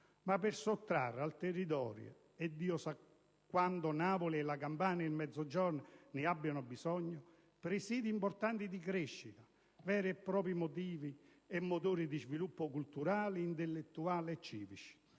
ma per non sottrarre al territorio - e Dio sa quanto Napoli, la Campania e il Mezzogiorno ne abbiano bisogno - presìdi importanti di crescita, veri e propri motori di sviluppo culturale, intellettuale, civico.